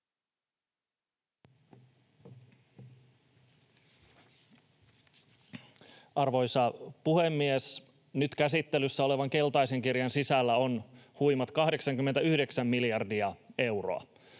Arvoisa puhemies! Nyt käsittelyssä olevan keltaisen kirjan sisällä on huimat 89 miljardia euroa.